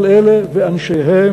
כל אלה ואנשיהם,